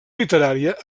literària